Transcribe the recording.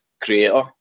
creator